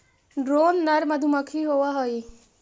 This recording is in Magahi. ड्रोन नर मधुमक्खी होवअ हई